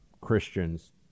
Christians